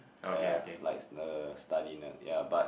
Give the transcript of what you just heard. uh ya like the study nerd yea but